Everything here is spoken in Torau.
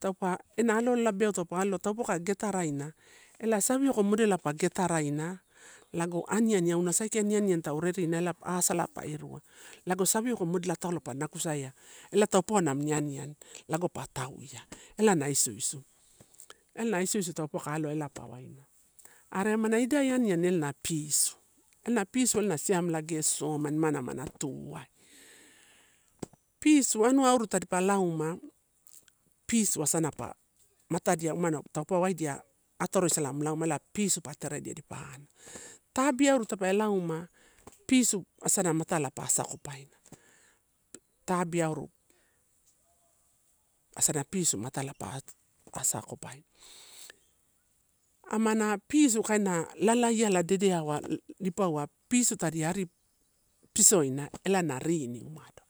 taupa ena aloa beau taupa aloa, taupauwa pa getaraina ela savioko modela pa getaraina, lago aniani, auna saikaini aniani tau rerina ela salai pa irua. Lago savioko modela taulo pa nakusaia, ela taupauwa amini aniani lago pa tavia ela na isuisu. ela na isuisu tapauwa pa aloa ela pa waina. Are amani idai amani ela na pisu, ela na pisu ela na siam gesisoma imana mana tuai. Pisu anua auru tadipa lau ma pisu asana pa matadia umano taupe waidia atorosala mu lauma ela pusi pa teredia dipa ana. Tabi auru tape lau ma pisu asana matala pa asakopaina, tabi auru asa na pisu maatala pa asakopaina. Amana pisu kaina lalaiala dedeawa pisu tadi ari pisoina, ela na rini umado.